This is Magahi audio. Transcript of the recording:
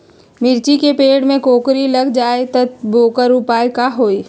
मिर्ची के पेड़ में कोकरी लग जाये त वोकर उपाय का होई?